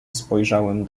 spojrzałem